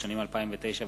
התש”ע 2009,